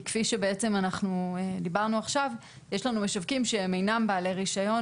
כי כפי שבעצם אנחנו דיברנו עכשיו יש לנו משווקים שהם אינם בעלי רישיון,